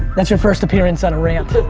that's your first appearance on a rant.